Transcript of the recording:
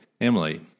Emily